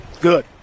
Good